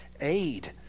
aid